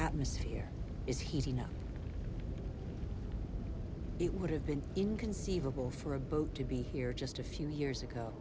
atmosphere is he no it would have been inconceivable for a boat to be here just a few years ago